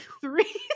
three